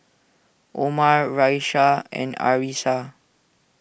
Omar Raisya and Arissa